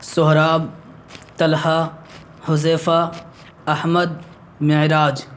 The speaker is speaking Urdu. سہراب طلحہ حذیفہ احمد معراج